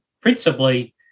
principally